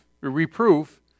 reproof